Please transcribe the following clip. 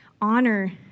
honor